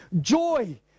joy